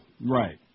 Right